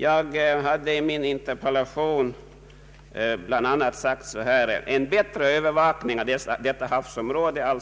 Jag har i min interpellation bl.a. sagt följande: ”En bättre övervakning av detta havsområde